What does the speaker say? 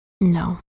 No